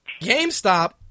GameStop